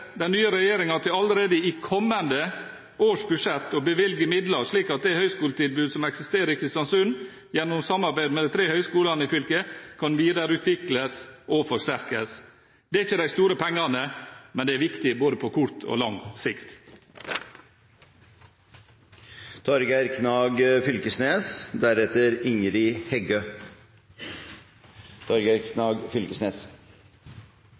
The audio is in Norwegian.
den nye regjeringen til allerede i kommende års budsjett å bevilge midler slik at høyskoletilbudet som eksisterer i Kristiansund gjennom samarbeidet med de tre høyskolene i fylket, kan videreutvikles og forsterkes. Det er ikke de store pengene, men de er viktige på både kort og lang sikt.